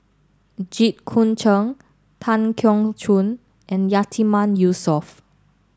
Jit Koon Ch'ng Tan Keong Choon and Yatiman Yusof